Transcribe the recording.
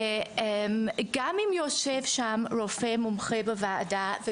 גם אם יושב שם רופא מומחה בוועדה,